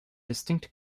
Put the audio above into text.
distinct